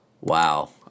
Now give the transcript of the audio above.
Wow